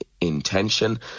intention